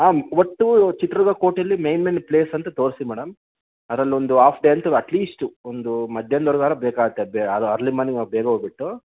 ಹಾಂ ಒಟ್ಟು ಚಿತ್ರದುರ್ಗ ಕೋಟೆಯಲ್ಲಿ ಮೈನ್ ಮೈನ್ ಪ್ಲೇಸ್ ಅಂತ ತೋರ್ಸ್ತೀವಿ ಮೇಡಂ ಅದ್ರಲ್ಲಿ ಒಂದು ಹಾಫ್ ಡೇ ಅಂತು ಅಟ್ಲೀಸ್ಟು ಒಂದು ಮಧ್ಯಾನದ್ವರೆಗಾರ ಬೇಕಾಗುತ್ತೆ ಅದು ಅರ್ಲಿ ಮಾರ್ನಿಂಗ್ ನಾವು ಬೇಗ ಹೋಗಿಬಿಟ್ಟು